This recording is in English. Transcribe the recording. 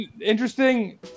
interesting